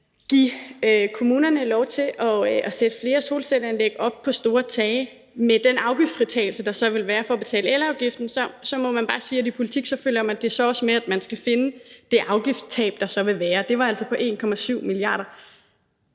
give kommunerne lov til at sætte flere solcelleanlæg op på store tage med den afgiftsfritagelse, der så vil være for at betale elafgiften, så må man bare sige, at i politik følger det så også med, at man skal finde det afgiftstab, der så vil være. Det var altså på 1,7 mia. kr.